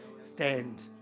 Stand